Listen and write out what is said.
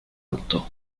alto